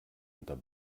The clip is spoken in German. unter